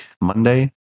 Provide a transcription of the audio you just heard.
Monday